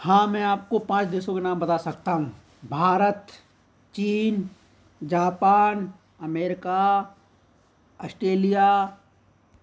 हाँ मैं आपको पाँच देशों के नाम बता सकता हूँ भारत चीन जापान अमेरिका ऑस्टेलिया